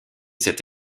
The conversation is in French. cet